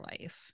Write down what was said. life